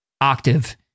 octave